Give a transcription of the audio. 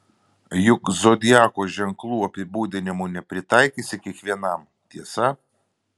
juk zodiako ženklų apibūdinimų nepritaikysi kiekvienam tiesa